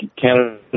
Canada